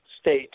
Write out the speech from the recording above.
state